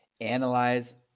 analyze